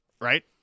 right